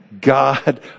God